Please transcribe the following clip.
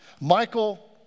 Michael